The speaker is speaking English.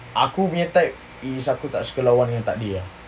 aku punya type is aku tak suka lawan dengan takdir ah